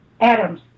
Adams